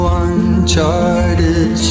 uncharted